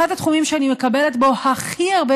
אחד התחומים שאני מקבלת בו הכי הרבה